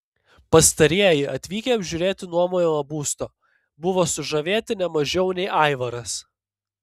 pastarieji atvykę apžiūrėti nuomojamo būsto buvo sužavėti ne mažiau nei aivaras